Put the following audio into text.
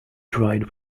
dried